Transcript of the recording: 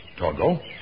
Torgo